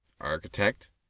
architect